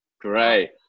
great